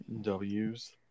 W's